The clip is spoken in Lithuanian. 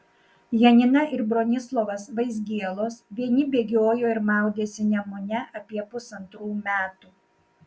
janina ir bronislovas vaizgielos vieni bėgiojo ir maudėsi nemune apie pusantrų metų